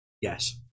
Yes